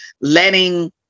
letting